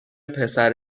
پسر